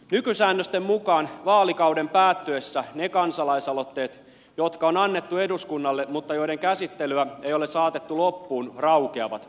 nykysäännösten mukaan vaalikauden päättyessä ne kansalaisaloitteet jotka on annettu eduskunnalle mutta joiden käsittelyä ei ole saatettu loppuun raukeavat